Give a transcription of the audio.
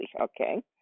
okay